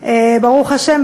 ברוך השם,